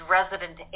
Resident